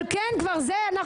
בדיוק, זה מה שאני אומרת.